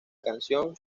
canción